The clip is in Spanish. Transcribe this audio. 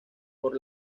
por